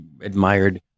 admired